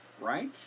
right